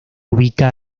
ubica